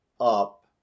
up